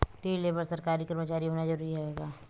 ऋण ले बर सरकारी कर्मचारी होना जरूरी हवय का?